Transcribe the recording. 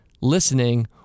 listening